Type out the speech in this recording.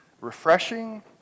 refreshing